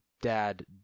dad